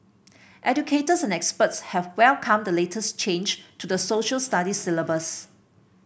educators and experts have welcomed the latest change to the Social Studies syllabus